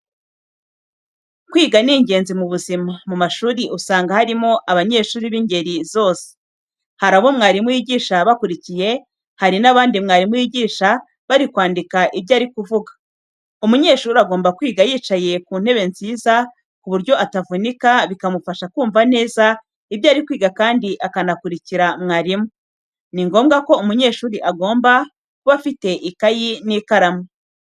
Kwiga ni ingenzi mu buzima, mu mashuri usanga harimo abanyeshuri b'ingeri zose. Hari abo mwarimu yigisha bakurikiye, hari n'abandi mwarimu yigisha bari kwandika ibyo ari kuvuga. Umunyeshuri agomba kwiga yicaye ku ntebe nziza ku buryo atavunika, bikamufasha kumva neza ibyo ari kwiga kandi akanakurikira mwarimu. Ni ngombwa ko umunyeshuri agomba kuba afite ikayi n'ikaramu.